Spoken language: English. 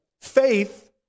Faith